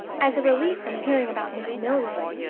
as a relief from hearing about miss milroy,